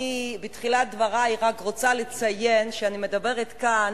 בתחילת דברי אני רק רוצה לציין שאני מדברת כאן